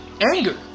anger